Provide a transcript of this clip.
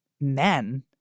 men